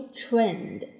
trend，